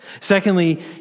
Secondly